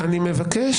אני מבקש.